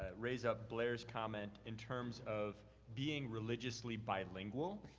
raise up blair's comment in terms of being religiously bilingual.